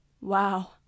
Wow